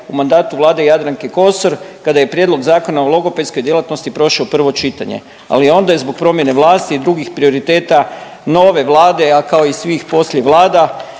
u mandatu Vlade Jadranke Kosor kada je prijedlog zakona o logopedskoj djelatnosti prošao prvo čitanje, ali onda je zbog promjene vlasti i drugih prioriteta nove Vlade a kao i svih poslije vlada